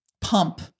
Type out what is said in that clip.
pump